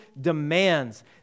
demands